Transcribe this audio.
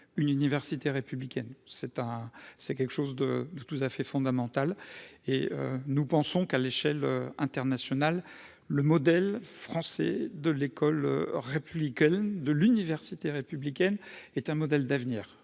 une université républicaine c'est un c'est quelque chose de de tout à fait fondamental et nous pensons qu'à l'échelle internationale, le modèle français de l'école républicaine de l'université républicaine est un modèle d'avenir